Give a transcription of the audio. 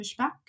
pushback